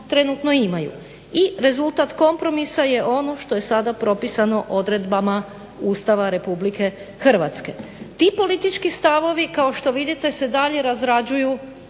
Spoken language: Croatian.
trenutno imaju. I rezultat kompromisa je ono što je sada propisano odredbama Ustava RH. Ti politički stavovi kao što vidite se dalje razrađuju